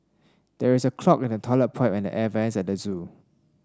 there is a clog in the toilet pipe and the air vents at the zoo